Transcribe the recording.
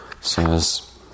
says